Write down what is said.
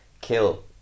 kill